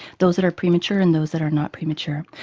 those that are premature and those that are not premature.